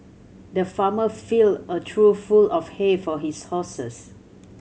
the farmer filled a trough full of hay for his horses